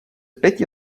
pěti